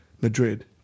Madrid